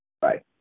Bye